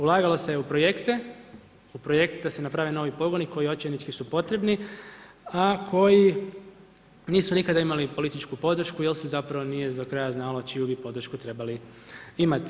Ulagalo se u projekte, u projekte da se naprave novi pogodni, koji očajnički su potrebni, a koji nisu nikada imali političku podršku jer se zapravo do kraja znalo čiju bi podršku trebali imati.